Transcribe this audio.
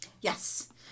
Yes